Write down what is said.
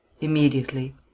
Immediately